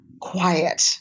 Quiet